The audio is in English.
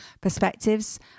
perspectives